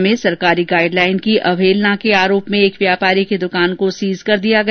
बांसवाड़ा में सरकारी guideline की अवहेलना के आरोप में एक व्यापारी की दुकान को सीज कर दिया गया